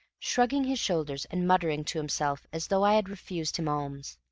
shrugging his shoulders and muttering to himself as though i had refused him alms.